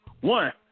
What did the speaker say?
One